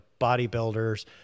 bodybuilders